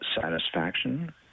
satisfaction